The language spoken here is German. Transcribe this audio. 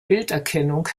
bilderkennung